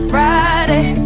Friday